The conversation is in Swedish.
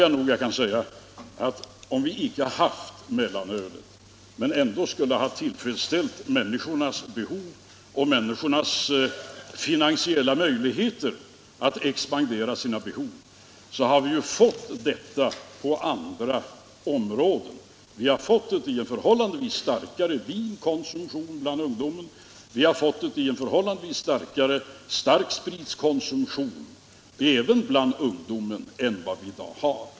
Jag kan nog säga att om vi inte hade haft mellanölet men ändå skulle ha tillfredsställt människornas behov och med deras finansiella möjligheter att expandera sina behov, så hade detta skett med hjälp av andra drycker. Vi hade fått en förhållandevis stark vinkonsumtion bland ungdomen liksom en förhållandevis större spritkonsumtion än i dag.